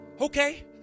Okay